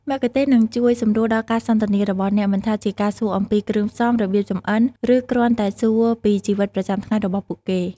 មគ្គុទ្ទេសក៍នឹងជួយសម្រួលដល់ការសន្ទនារបស់អ្នក មិនថាជាការសួរអំពីគ្រឿងផ្សំ របៀបចម្អិន ឬគ្រាន់តែសួរពីជីវិតប្រចាំថ្ងៃរបស់ពួកគេ។